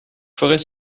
ferez